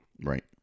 right